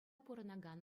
пурӑнакан